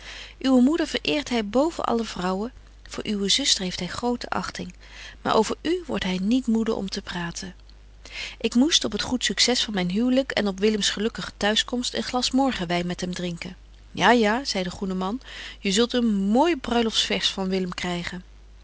uwe moeder vereert hy boven alle vrouwen voor uwe zuster betje wolff en aagje deken historie van mejuffrouw sara burgerhart heeft hy grote achting maar over u wordt hy niet moede om te praten ik moest op het goed succes van myn huwlyk en op willems gélukkige t'huiskomst een glas morgenwyn met hem drinken ja ja zei de goede man je zult een mooi bruiloftsvers van willem krygen